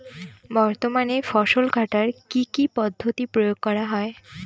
বর্তমানে ফসল কাটার কি কি পদ্ধতি প্রয়োগ করা হয়?